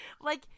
Like-